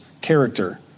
character